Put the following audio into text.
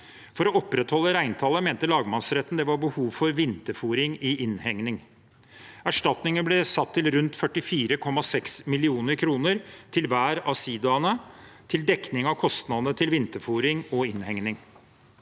For å opprettholde reintallet mente lagmannsretten det var behov for vinterfôring i innhegning. Erstatningen ble satt til rundt 44,6 mill. kr til hver av sidaene, til dekning av kostnadene til vinterfôring og innhegning.